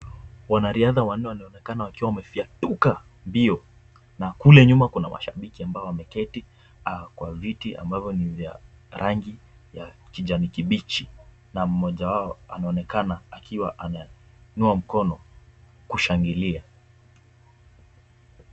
Wanariadha wanne wanaonekana wakiwa wamefyatuka mbio na kule nyuma kuna washabiki ambao wameketi kwa viti ambavyo ni vya rangi ya kijani kibichi na mmoja wao anaonekana akiwa ananyanyua mkono kushangilia.